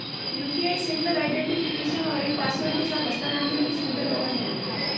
UPI single identification और एक password के साथ हस्थानांतरण की सुविधा देता है